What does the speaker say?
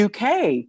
UK